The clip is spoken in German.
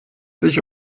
sich